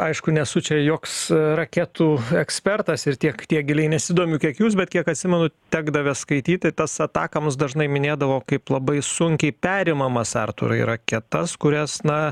aišku nesu čia joks raketų ekspertas ir tiek tiek giliai nesidomiu kiek jūs bet kiek atsimenu tekdavę skaityti tas atakams dažnai minėdavo kaip labai sunkiai perimamas artūrai raketas kurias na